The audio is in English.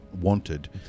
wanted